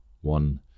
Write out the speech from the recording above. one